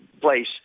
place